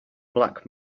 black